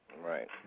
Right